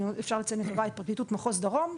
אפשר לציין את לדוגמה את פרקליטות מחוז דרום,